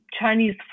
Chinese